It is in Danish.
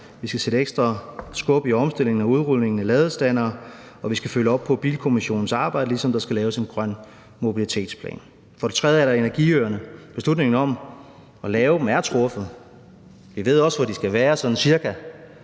Vi skal sætte ekstra skub i omstillingen og udrulningen af ladestandere, og vi skal følge op på Bilkommissionens arbejde, ligesom der skal laves en grøn mobilitetsplan. Så er der energiøerne. Beslutningen om at lave dem er truffet, og vi ved også, hvor de skal være, sådan cirka.